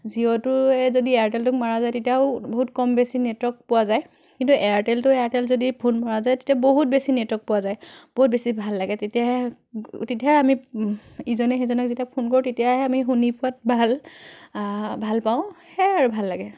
জিঅ'টোৱে যদি এয়াৰটেলটোক মৰা যায় তেতিয়াও বহুত কম বেছি নেটৱৰ্ক পোৱা যায় কিন্তু এয়াৰটেল টু এয়াৰটেল যদি ফোন মৰা যায় তেতিয়া বহুত বেছি নেটৱৰ্ক পোৱা যায় বহুত বেছি ভাল লাগে তেতিয়াহে তেতিয়াহে আমি ইজনে সিজনক যেতিয়া ফোন কৰোঁ তেতিয়াহে আমি শুনি পোৱাত ভাল ভাল পাওঁ সেয়াই আৰু ভাল লাগে